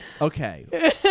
Okay